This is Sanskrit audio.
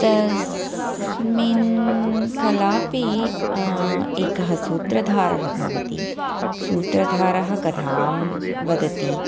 तस्मिन् कलापि एकः सूत्रधारः भवति सूत्रधारः कथां वदति